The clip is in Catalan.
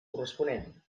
corresponent